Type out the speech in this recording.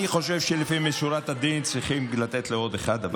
אני חושב שלפנים משורת הדין צריכים לתת לעוד אחד.